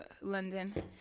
london